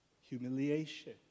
humiliation